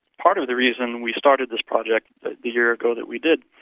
part of the reason we started this project the year ago that we did,